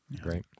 Great